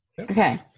Okay